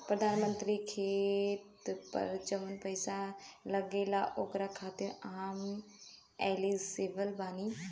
प्रधानमंत्री का खेत पर जवन पैसा मिलेगा ओकरा खातिन आम एलिजिबल बानी?